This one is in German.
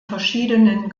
verschiedenen